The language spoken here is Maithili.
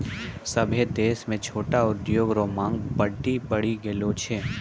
सभ्भे देश म छोटो उद्योग रो मांग बड्डी बढ़ी गेलो छै